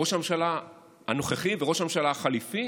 ראש הממשלה הנוכחי וראש הממשלה החליפי